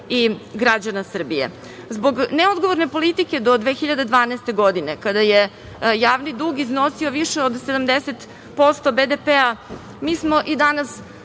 i građana Srbije. Zbog neodgovorne politike do 2012. godine kada je javni dug iznosio više od 70% BDP, mi smo i danas